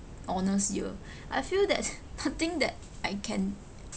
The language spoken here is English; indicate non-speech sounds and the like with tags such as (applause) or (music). honours year (breath) I feel that (laughs) nothing that I can